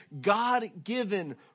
God-given